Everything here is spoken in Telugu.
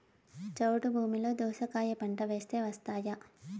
చౌడు భూమిలో దోస కాయ పంట వేస్తే వస్తాయా?